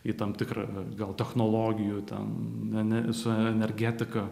į tam tikrą gal technologijų ten ne su energetika